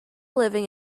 living